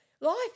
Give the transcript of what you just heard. Life